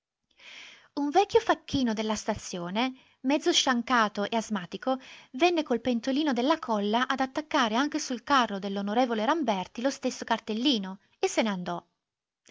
un vecchio facchino della stazione mezzo sciancato e asmatico venne col pentolino della colla ad attaccare anche sul carro dell'on ramberti lo stesso cartellino e se ne andò